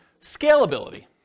Scalability